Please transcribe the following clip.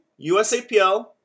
USAPL